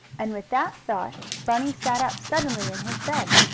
and with that thought bunny sat up suddenly in his bed.